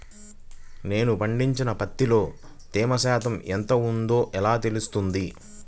నేను పండించిన పత్తిలో తేమ శాతం ఎంత ఉందో ఎలా తెలుస్తుంది?